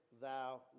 thou